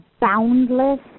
boundless